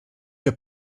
your